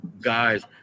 guys